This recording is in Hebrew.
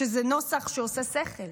שזה נוסח שעושה שכל.